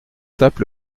tape